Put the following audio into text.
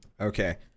Okay